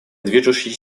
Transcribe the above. движущей